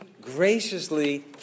graciously